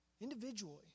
Individually